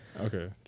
Okay